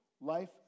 life